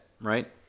right